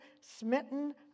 smitten